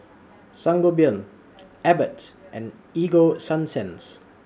Sangobion Abbott and Ego Sunsense